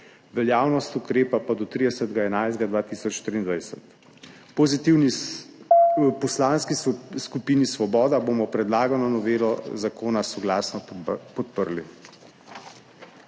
veljavnost ukrepa pa do 30. 11. 2023. V Poslanski skupini Svoboda bomo predlagano novelo zakona soglasno podprli.